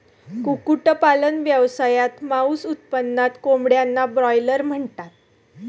कुक्कुटपालन व्यवसायात, मांस उत्पादक कोंबड्यांना ब्रॉयलर म्हणतात